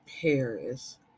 paris